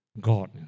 God